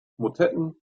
motetten